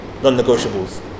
non-negotiables